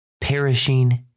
perishing